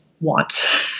want